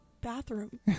bathroom